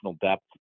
depth